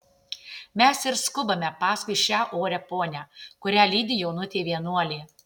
mes ir skubame paskui šią orią ponią kurią lydi jaunutė vienuolė